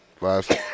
last